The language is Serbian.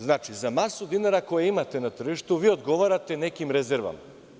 Znači, za masu dinara koju imate na tržištu vi odgovarate nekim rezervama.